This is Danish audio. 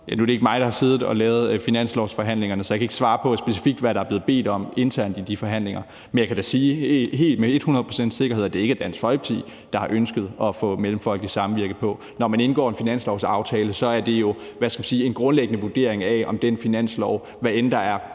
er det ikke mig, der har siddet med ved finanslovsforhandlingerne, så jeg kan ikke svare på, hvad der specifikt er blevet bedt om internt i de forhandlinger. Men jeg kan da sige med hundrede procents sikkerhed, at det ikke er Dansk Folkeparti, der har ønsket at få Mellemfolkeligt Samvirke på. Når man indgår en finanslovsaftale, beror det jo på – hvad skal man sige – en grundlæggende vurdering af, om den finanslov, om end der